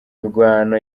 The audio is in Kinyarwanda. imirwano